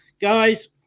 guys